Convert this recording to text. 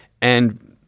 And-